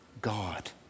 God